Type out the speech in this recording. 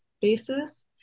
basis